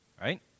right